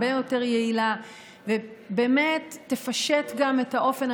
הרבה יותר יעילה ובאמת תפשט גם את האופן,